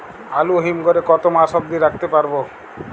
আলু হিম ঘরে কতো মাস অব্দি রাখতে পারবো?